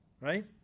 Right